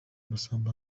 masamba